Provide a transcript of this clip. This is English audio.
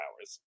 hours